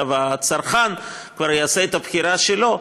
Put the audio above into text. הצרכן כבר יעשה את הבחירה שלו,